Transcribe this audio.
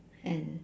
and